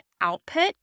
output